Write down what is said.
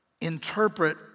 interpret